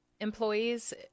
employees